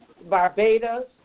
Barbados